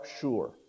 sure